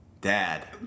Dad